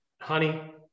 honey